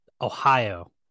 Ohio